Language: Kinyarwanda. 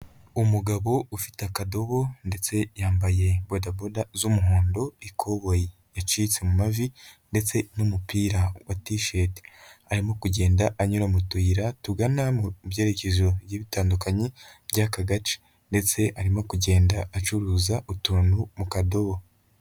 Umugabo ufite akadobo ndetse yambaye bodaboda z'umuhondo ikoboyi yacitse mu mavi, ndetse n'umupira wa ti sheti, arimo kugenda anyura mu tuyira tugana mu byerekezo bigiye bitandukanye by'aka gace ndetse arimo kugenda acuruza utuntu mu kadobo.